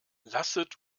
lasset